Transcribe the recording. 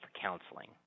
counseling